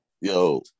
yo